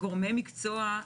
גורמי מקצוע,